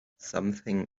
something